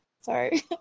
Sorry